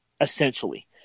Essentially